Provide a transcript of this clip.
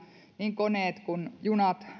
niin koneet kuin junat